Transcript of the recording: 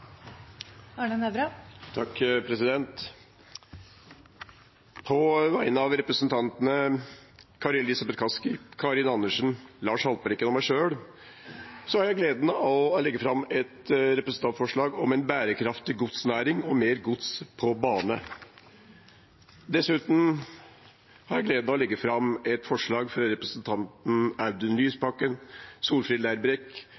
På vegne av representantene Kari Elisabeth Kaski, Karin Andersen, Lars Haltbrekken, Freddy André Øvstegård og meg selv har jeg gleden av å legge fram et representantforslag om en bærekraftig godsnæring og mer gods på bane. Videre har jeg på vegne av representantene Audun Lysbakken, Solfrid Lerbrekk, Lars Haltbrekken og meg selv gleden av å legge fram et